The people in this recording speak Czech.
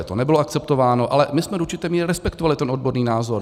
To nebylo akceptováno, ale my jsme do určité míry respektovali ten odborný názor.